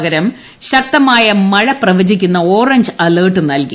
പകരം ശക്തമായ മഴ പ്രവചിക്കുന്ന ഓറഞ്ച് അലർട്ട് നൽകി